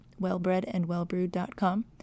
wellbredandwellbrewed.com